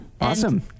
Awesome